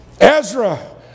Ezra